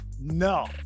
No